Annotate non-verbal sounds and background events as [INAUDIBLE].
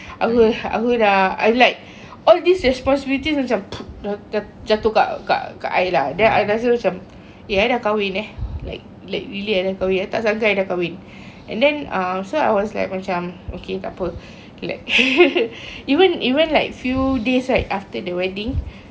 aku dah aku dah I'm like all these responsibilities macam !fuh! dah ja~ jatuh kat kat I lah then I rasa macam eh I dah kahwin eh like like really I dah kahwin eh I tak sangka I dah kahwin [BREATH] and then ah so I was like macam okay takpe lek [LAUGHS] even even like few days like after the wedding